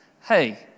Hey